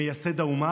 מייסד האומה,